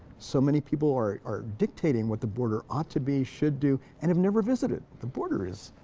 so many people are are dictating what the border ought to be, should do, and have never visited. the border is